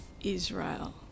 Israel